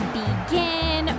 begin